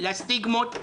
לסטיגמות,